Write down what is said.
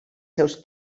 seus